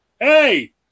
hey